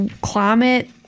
climate